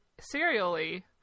serially